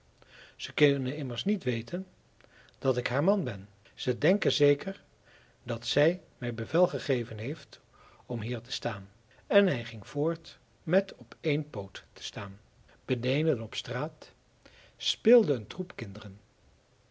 ze kunnen immers niet weten dat ik haar man ben ze denken zeker dat zij mij bevel gegeven heeft om hier te staan en hij ging voort met op één poot te staan beneden op straat speelde een troep kinderen